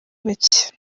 bake